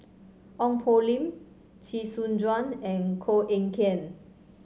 Ong Poh Lim Chee Soon Juan and Koh Eng Kian